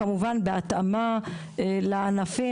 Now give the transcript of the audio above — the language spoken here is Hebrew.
כמובן בהתאמה לענפים